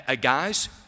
guys